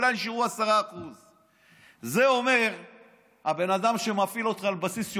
אולי נשארו 10%. את זה אומר הבן אדם שמפעיל אותך על בסיס יומי,